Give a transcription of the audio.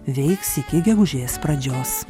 veiks iki gegužės pradžios